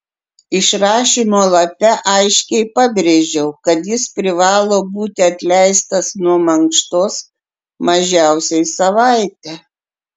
išrašymo lape aiškiai pabrėžiau kad jis privalo būti atleistas nuo mankštos mažiausiai savaitę